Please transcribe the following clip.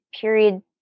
period